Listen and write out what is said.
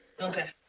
Okay